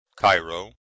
cairo